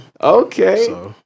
Okay